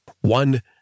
one